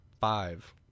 Five